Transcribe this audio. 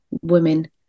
women